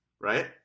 right